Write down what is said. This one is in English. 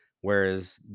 Whereas